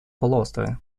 полуострове